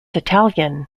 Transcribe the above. italian